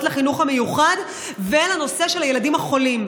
לחינוך המיוחד ולנושא של הילדים החולים.